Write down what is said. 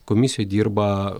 komisijoj dirba